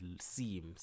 seems